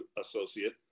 associate